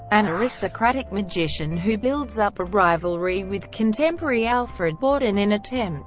an aristocratic magician who builds up a rivalry with contemporary alfred borden in attempt